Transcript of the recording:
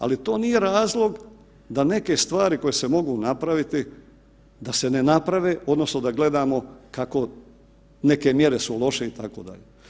Ali to nije razlog da neke stvari koje se mogu napraviti da se ne naprave odnosno da gledamo kako neke mjere su loše itd.